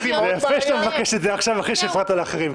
יפה שאתה מבקש את זה עכשיו אחרי שהפרעת לאחרים.